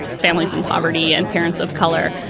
families in poverty and parents of color.